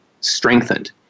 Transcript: strengthened